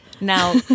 Now